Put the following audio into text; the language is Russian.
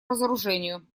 разоружению